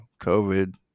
COVID